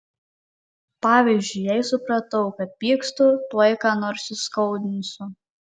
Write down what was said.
pavyzdžiui jei supratau kad pykstu tuoj ką nors įskaudinsiu